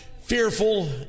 Fearful